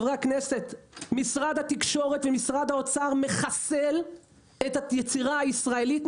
משרד התקשורת ומשרד האוצר מחסלים את היצירה הישראלית.